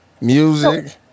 music